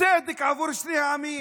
צדק עבור שני העמים?